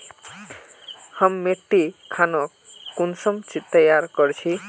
हम मिट्टी खानोक कुंसम तैयार कर छी?